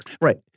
Right